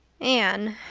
anne,